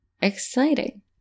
exciting